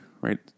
right